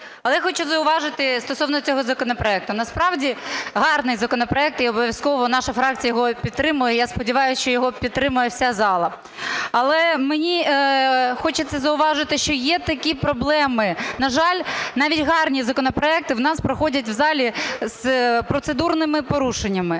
Але я хочу зауважити стосовно цього законопроекту. Насправді гарний законопроект, і обов'язково наша фракція його підтримає. Я сподіваюсь, що його підтримає вся зала. Але мені хочеться зауважити, що є такі проблеми. На жаль, навіть гарні законопроекти в нас проходять в залі з процедурними порушеннями.